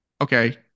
Okay